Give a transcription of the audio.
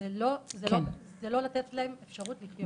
לא לתת להם אפשרות לחיות.